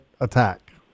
attack